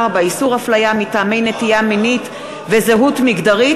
4) (איסור הפליה מטעמי נטייה מינית וזהות מגדרית),